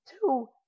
two